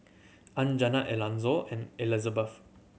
Anjanette Elonzo and Elizbeth